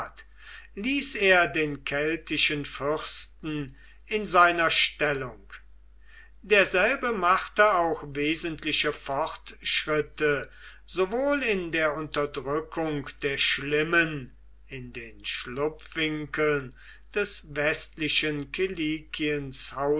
ließ er den keltischen fürsten in seiner stellung derselbe machte auch wesentliche fortschritte sowohl in der unterdrückung der schlimmen in den schlupfwinkeln des westlichen